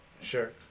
Sure